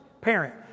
parent